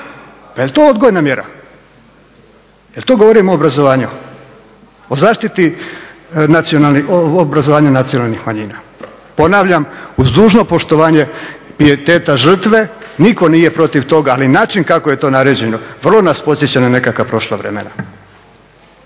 Pa jel' to odgojna mjera? Jel' to govorimo o obrazovanju, o zaštiti, o obrazovanju nacionalnih manjina? Ponavljam, uz dužno poštovanje pijeteta žrtve, nitko nije protiv toga ali način kako je to naređeno vrlo nas podsjeća na nekakva prošla vremena.